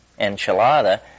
enchilada